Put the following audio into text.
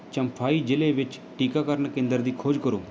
ਚੰਫਾਈ ਜ਼ਿਲ੍ਹੇ ਵਿੱਚ ਟੀਕਾਕਰਨ ਕੇਂਦਰ ਦੀ ਖੋਜ ਕਰੋ